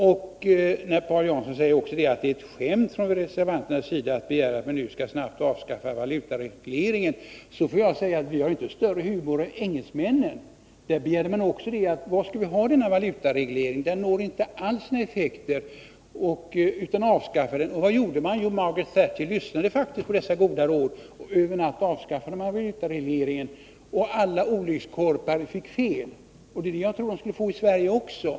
Paul Jansson sade också att han betraktade det som ett skämt från reservanternas sida när de begär att man snabbt skall avskaffa valutaregleringen. Till det vill jag säga att vi har inte större humor än engelsmännen. Också i England frågade man sig till vad man skulle ha valutaregleringen, eftersom den inte gav några effekter över huvud taget, och man begärde att den skulle avskaffas. Vad gjorde man då där? Jo, Margaret Thatcher lyssnade faktiskt på dessa goda råd. Över en natt avskaffades valutaregleringen, och alla olyckskorpar fick fel. Jag tror att också olyckskorparna i Sverige skulle få det.